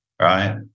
right